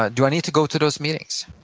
ah do i need to go to those meetings?